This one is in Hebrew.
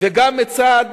וגם מצד